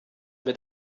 mit